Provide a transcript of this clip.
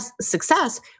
success